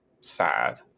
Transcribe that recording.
sad